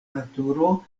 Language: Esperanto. naturo